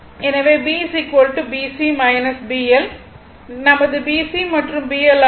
எனவே B BC BL இது நமது BC மற்றும் BL ஆகும்